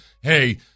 hey